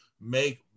make